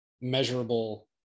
measurable